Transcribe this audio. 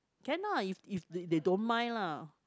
can lah if if th~ they don't mind lah